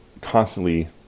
constantly